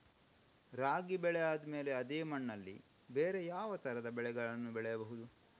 ರಾಗಿ ಬೆಳೆ ಆದ್ಮೇಲೆ ಅದೇ ಮಣ್ಣಲ್ಲಿ ಬೇರೆ ಯಾವ ತರದ ಬೆಳೆಗಳನ್ನು ಬೆಳೆಯಬಹುದು?